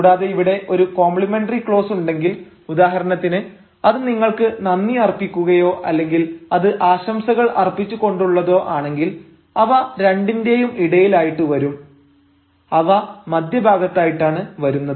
കൂടാതെ ഇവിടെ ഒരു കോംപ്ലിമെന്ററി ക്ലോസ് ഉണ്ടെങ്കിൽ ഉദാഹരണത്തിന് അത് നിങ്ങൾക്ക് നന്ദി അർപ്പിക്കുകയോ അല്ലെങ്കിൽ അത് ആശംസകൾ അർപ്പിച്ചു കൊണ്ടുള്ളതോ ആണെങ്കിൽ അവ രണ്ടിന്റെയും ഇടയിലായിട്ട് വരും അവ മധ്യഭാഗത്ത് ആയിട്ടാണ് വരുന്നത്